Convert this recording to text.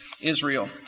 Israel